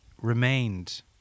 remained